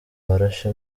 barashe